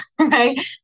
right